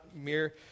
mere